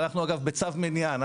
אנחנו, אגב, בצו מניעה.